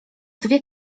dwie